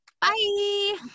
bye